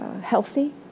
healthy